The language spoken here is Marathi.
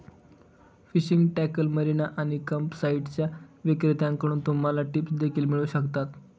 फिशिंग टॅकल, मरीना आणि कॅम्पसाइट्सच्या विक्रेत्यांकडून तुम्हाला टिप्स देखील मिळू शकतात